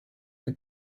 for